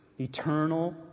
Eternal